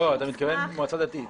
לא, אתה מתכוון מועצה דתית.